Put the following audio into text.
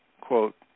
quote